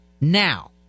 now